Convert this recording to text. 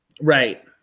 Right